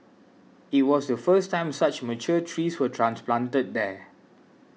it was the first time such mature trees were transplanted there